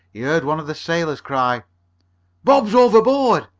he heard one of the sailors cry bob's overboard!